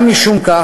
גם משום כך,